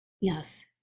yes